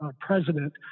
president